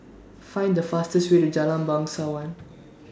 Find The fastest Way to Jalan Bangsawan